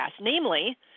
namely